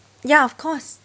ya of course